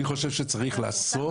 אני חושב שצריך לאסור